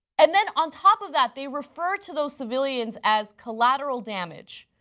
and then on top of that they refer to those civilians as collateral damage,